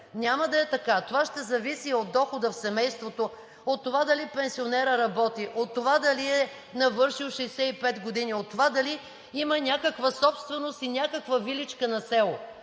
Няма да е така! Това ще зависи от дохода в семейството, от това дали пенсионерът работи, от това дали е навършил 65 години, от това дали има някаква собственост и някаква виличка на село.